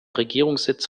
regierungssitz